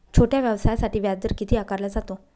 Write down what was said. छोट्या व्यवसायासाठी व्याजदर किती आकारला जातो?